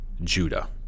Judah